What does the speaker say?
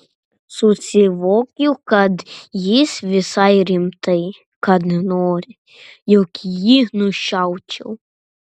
susivokiu kad jis visai rimtai kad nori jog jį nušaučiau